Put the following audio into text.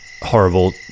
horrible